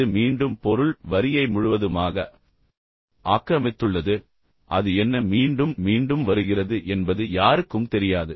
இது மீண்டும் பொருள் வரியை முழுவதுமாக ஆக்கிரமித்துள்ளது அது என்ன மீண்டும் மீண்டும் வருகிறது என்பது யாருக்கும் தெரியாது